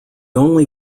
only